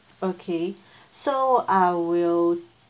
okay so I will